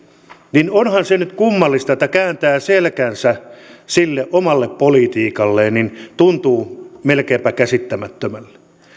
niin onhan se nyt kummallista että se kääntää selkänsä sille omalle politiikalleen tuntuu melkeinpä käsittämättömälle